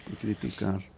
criticar